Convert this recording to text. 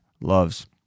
loves